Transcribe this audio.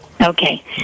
Okay